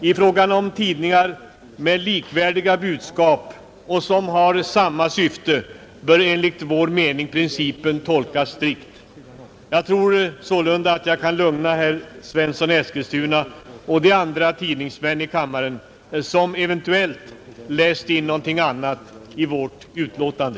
I fråga om tidningar med likvärdiga budskap och samma syfte bör enligt vår mening principen tolkas strikt. Jag tror sålunda att jag kan lugna herr Svensson i Eskilstuna och de andra tidningsmän i kammaren som eventuellt har läst in någonting annat i utskottets betänkande.